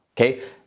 okay